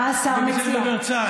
בשם דובר צה"ל,